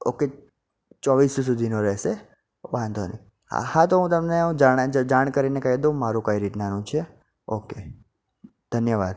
okay ચોવીસસો સુધીનું રહેશે વાંધો નહીં હા હા તો હું તમને હું જણાવી જ જાણ કરીને કહી દઉં મારું કઈ રીતનું છે ઓકે ધન્યવાદ